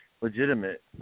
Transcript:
legitimate